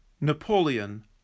Napoleon